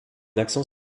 accent